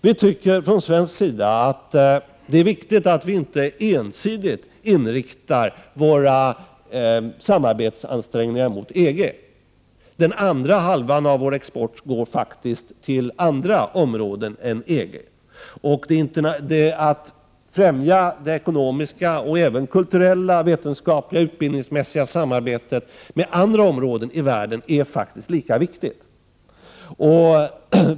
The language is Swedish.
Vi tycker från svensk sida att det är viktigt att vi inte ensidigt inriktar oss på EG i våra ansträngningar för att få till stånd ett samarbete. Den andra halvan av vår export går faktiskt till andra områden än EG. Att främja det ekonomiska, kulturella, vetenskapliga och utbildningsmässiga samarbetet med andra områden i världen är faktiskt lika viktigt.